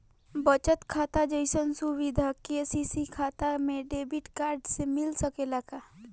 बचत खाता जइसन सुविधा के.सी.सी खाता में डेबिट कार्ड के मिल सकेला का?